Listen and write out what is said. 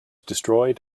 destroyed